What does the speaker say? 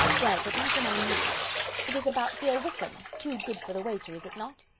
well, but now for my news it is about dear wickham too good for the waiter, is it not?